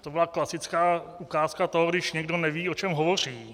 Tak to byla klasická ukázka toho, když někdo neví, o čem hovoří.